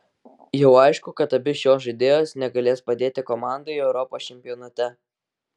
jau aišku kad abi šios žaidėjos negalės padėti komandai europos čempionate